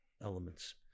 elements